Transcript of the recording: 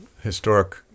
historic